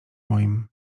moim